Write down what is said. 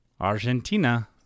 Argentina